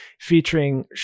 featuring